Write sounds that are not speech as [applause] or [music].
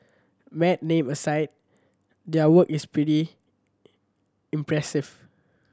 mad name aside their work is pretty [unintelligible] impressive